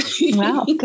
Wow